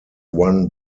one